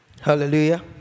Hallelujah